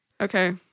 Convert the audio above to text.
Okay